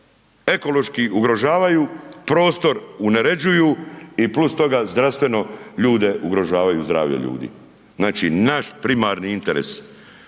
ekološki ugrožavaju, prostor uneređuju i plus toga, zdravstveno ljude ugrožavaju, zdravlje ljudi. Znači primarni interes,